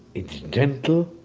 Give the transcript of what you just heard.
it's gentle,